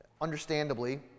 understandably